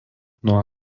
nuo